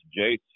Jace